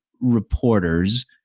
reporters